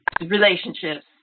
relationships